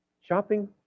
shopping